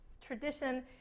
tradition